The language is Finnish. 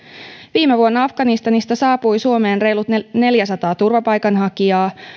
viime vuonna afganistanista saapui suomeen reilut neljäsataa turvapaikanhakijaa